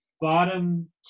Bottom